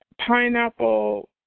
pineapple